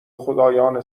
خدایان